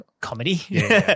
comedy